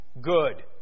good